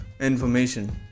information